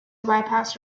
bypass